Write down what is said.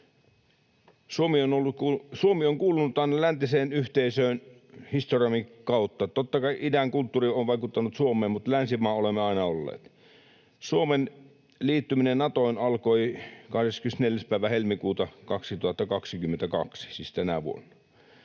Suomi on aina kuulunut läntiseen yhteisöön, historiammekin kautta. Totta kai idän kulttuuri on vaikuttanut Suomeen, mutta länsimaa olemme aina olleet. Suomen liittyminen Natoon alkoi 24. päivä helmikuuta 2022, siis tänä vuonna.